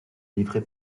livrer